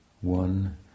one